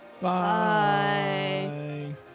Bye